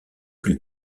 plus